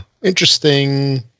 interesting